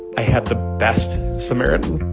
i had the best samaritan.